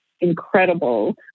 incredible